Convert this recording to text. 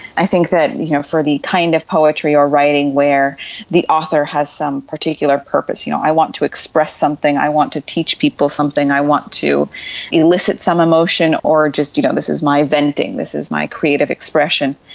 i think you know for the kind of poetry or writing where the author has some particular purpose, you know, i want to express something, i want to teach people something, i want to elicit some emotion or just you know this is my venting, this is my creative expression,